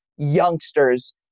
youngsters